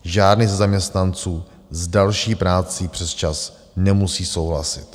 Žádný ze zaměstnanců s další prací přesčas nemusí souhlasit.